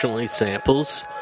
samples